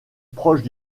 proche